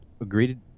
agreed